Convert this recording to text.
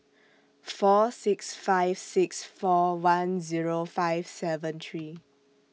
four six five six four one Zero five seven three